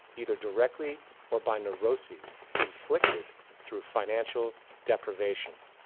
either directly or by nevroses inflicted through financial deprevation.